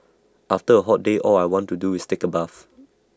after A hot day all I want to do is take A bath